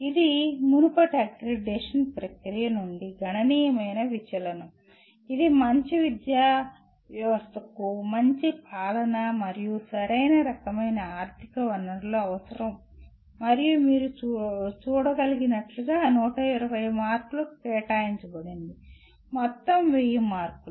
ఇది మునుపటి అక్రిడిటేషన్ ప్రక్రియ నుండి గణనీయమైన విచలనం ఇది మంచి విద్యావ్యవస్థకు మంచి పాలన మరియు సరైన రకమైన ఆర్థిక వనరులు అవసరం మరియు మీరు చూడగలిగినట్లుగా 120 మార్కులు కేటాయించబడింది మొత్తం 1000 మార్కులు